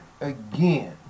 again